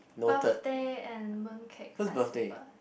birthday and Mooncake Festival